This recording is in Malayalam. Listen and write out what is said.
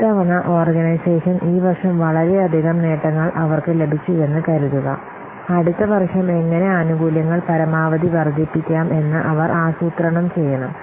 ഇത്തവണ ഓർഗനൈസേഷൻ ഈ വർഷം വളരെയധികം നേട്ടങ്ങൾ അവർക്ക് ലഭിച്ചുവെന്ന് കരുതുക അടുത്ത വർഷം എങ്ങനെ ആനുകൂല്യങ്ങൾ പരമാവധി വർദ്ധിപ്പിക്കാം എന്ന് അവർ ആസൂത്രണം ചെയ്യണം